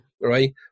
right